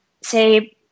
say